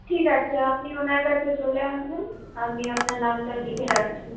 ঠিক আছে আপনি ওনার কাছে চলে আসবেন আমি আপনার নামটা লিখে রাখছি